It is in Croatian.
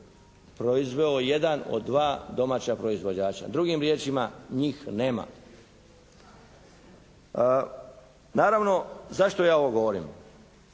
proizveo jedan od dva domaća proizvođača. Drugim riječima njih nema. Naravno zašto ja ovo govorim?